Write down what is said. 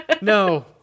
No